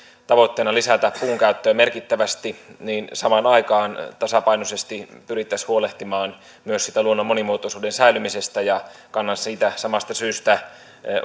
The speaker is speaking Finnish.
tavoitteena lisätä puun käyttöä merkittävästi niin samaan aikaan tasapainoisesti pyrittäisiin huolehtimaan myös siitä luonnon monimuotoisuuden säilymisestä ja kannan siitä samasta syystä